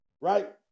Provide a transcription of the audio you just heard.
right